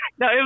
No